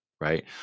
right